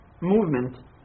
movement